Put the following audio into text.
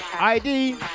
ID